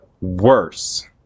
worse